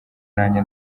nanjye